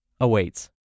awaits